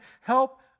help